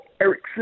Ericsson